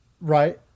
right